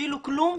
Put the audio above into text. כאילו כלום,